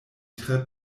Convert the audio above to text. tre